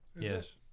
Yes